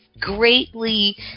greatly